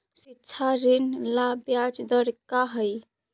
शिक्षा ऋण ला ब्याज दर का हई?